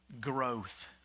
Growth